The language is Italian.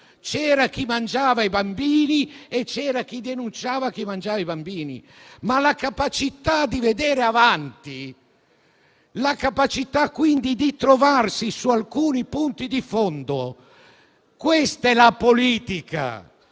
C'era chi mangiava i bambini e c'era chi denunciava chi mangiava i bambini, ma c'era la capacità di vedere avanti e di trovarsi su alcuni punti di fondo. Questa è la politica.